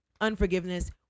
unforgiveness